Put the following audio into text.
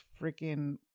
freaking